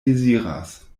deziras